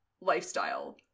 lifestyle